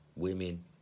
women